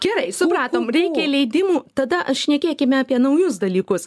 gerai supratom reikia leidimų tada šnekėkime apie naujus dalykus